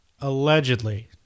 Allegedly